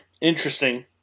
Interesting